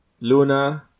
Luna